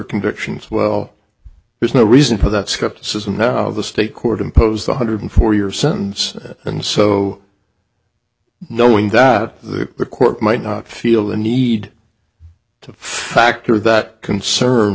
convictions well there's no reason for that skepticism of the state court imposed one hundred four year sentence and so knowing that the court might not feel the need to factor that concern